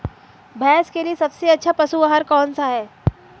भैंस के लिए सबसे अच्छा पशु आहार कौन सा है?